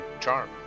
Charm